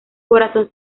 corazón